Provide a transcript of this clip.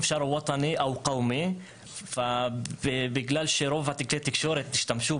אפשר להגיד וואטני אלקאומי ובגלל שרוב כלי התקשורת השתמשו